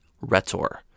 rhetor